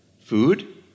Food